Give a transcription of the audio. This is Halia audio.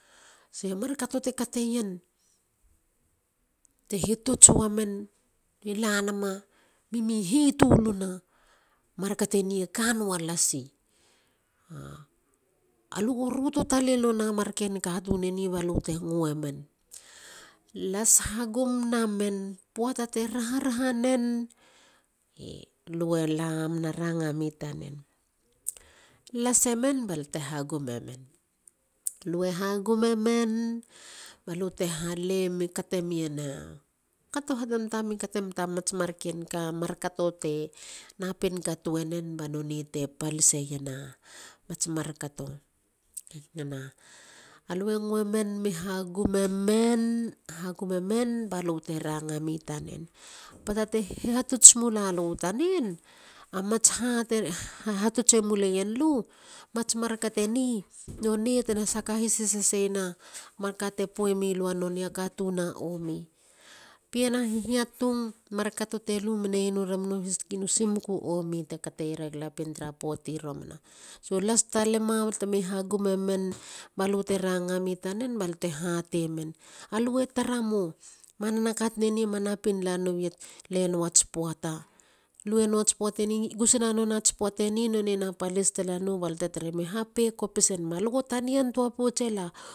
Markato te kateien te hitota wamen e lanama bemi hitulina. markateni e kanualasi. alugo ruto taleya marken katun eni balute nguemen. las ha gum namen poata te raharahanen lue lam na rangami tanen. lase men balute hagumemen balute ranga mi tanen poate te hihatuts mula lu i tanen a mats ha te hatuts e mulen a lu. nonei tena sakahishisiena manka te puamilu nonei a katun a omi. pien a hihiatung markato te lumenanien u ramun u hiskinu simuku omite kateiera galapien tara poati romana. so. las talema batemi ranga mi tanen. mamana keni e luenowats poateni gusuna nonei ats poateni lu taremo e palisina.